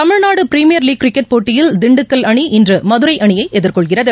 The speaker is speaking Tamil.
தமிழ்நாடுபிரிமீயர் லீக் கிரிக்கெட் போட்டியில் திண்டுக்கல் அணி இன்றுமதுரைஅணியைஎதிர்கொள்கிறது